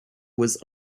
was